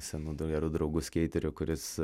senu du geru draugu skeiteriu kuris